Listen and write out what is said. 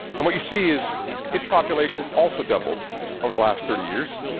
and what you see is its population also doubled over the last thirty years.